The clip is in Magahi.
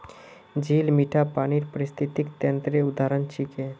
झील मीठा पानीर पारिस्थितिक तंत्रेर उदाहरण छिके